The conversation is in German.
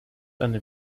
eine